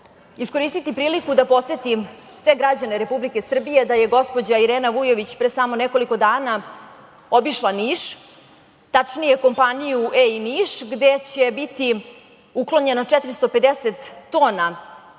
zemlje. Iskoristiću priliku da podsetim sve građane Republike Srbije da je gospođa Irena Vujović pre samo nekoliko dana obišla Niš, tačnije kompaniju EI Niš gde će biti uklonjeno 450 tona